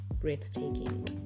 breathtaking